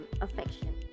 Affection